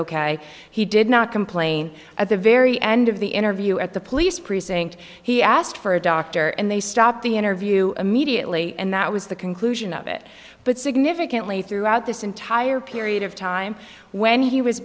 ok he did not complain at the very end of the interview at the police precinct he asked for a doctor and they stopped the interview immediately and that was the conclusion of it but significantly throughout this entire period of time when he was